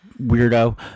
weirdo